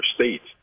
states